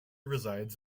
resides